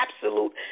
absolute